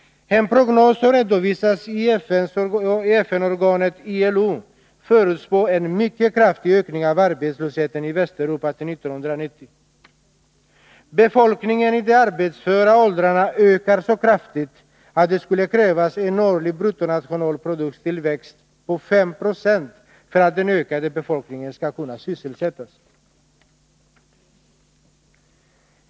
En prognos som redovisas i FN-organet ILO förutspår en mycket kraftig ökning av arbetslösheten i Västeuropa till 1990. Befolkningen i de arbetsföra åldrarna ökar så kraftigt att det skulle krävas en årlig tillväxt av bruttonationalprodukten på 5 90 för att den ökade befolkningen skall kunna sysselsättas.